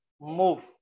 move